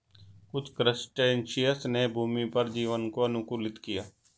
कुछ क्रस्टेशियंस ने भूमि पर जीवन को अनुकूलित किया है